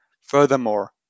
furthermore